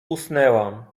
usnęłam